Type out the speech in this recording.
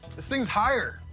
this thing's higher.